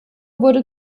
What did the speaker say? wurde